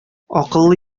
акыллы